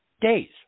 days